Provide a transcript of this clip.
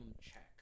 check